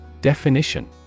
Definition